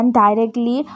directly